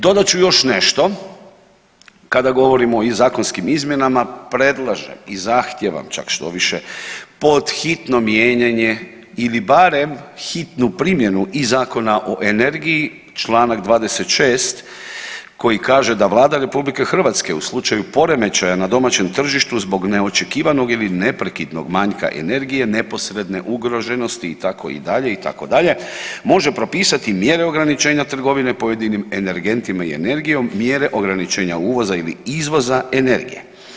Dodat ću još nešto, kada govorimo o ovim zakonskim izmjenama predlažem i zahtijevam čak štoviše pod hitno mijenjanje ili barem hitnu primjenu i Zakona o energiji članak 26. koji kaže da Vlada Republike Hrvatske u slučaju poremećaja na domaćem tržištu zbog neočekivanog ili neprekidnog manjka energije neposredne ugroženosti itd. itd. može propisati mjere ograničenja trgovine pojedinim energentima i energijom mjere ograničenja uvoza ili izvoza energije.